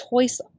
choice